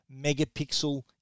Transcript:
megapixel